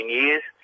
years